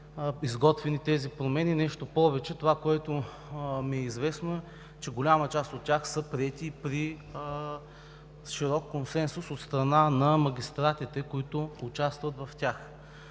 изготвени тези промени. Нещо повече, това, което ми е известно, е, че голяма част от тях са приети при широк консенсус от страна на магистратите, които участват в тях.